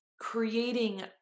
creating